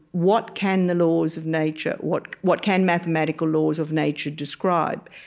what can the laws of nature what what can mathematical laws of nature describe?